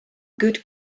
good